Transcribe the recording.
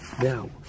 now